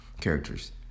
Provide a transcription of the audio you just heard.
characters